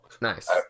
nice